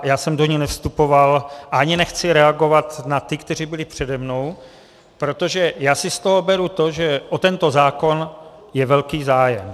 Já jsem do ní nevstupoval a ani nechci reagovat na ty, kteří byli přede mnou, protože si z toho beru to, že o tento zákon je velký zájem.